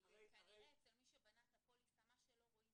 כנראה אצל מי שבנה את הפוליסה מה שלא רואים